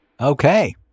Okay